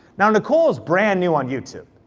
now nicole's brand new on youtube.